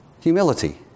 Humility